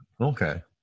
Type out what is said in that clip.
okay